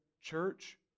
church